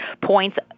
points